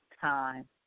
time